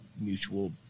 mutual